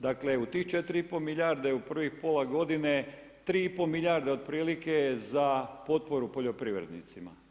Dakle, u tih 4,5 milijardi u prvih pola godine, 3,5 milijarde otprilike je za potporu poljoprivrednicima.